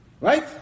Right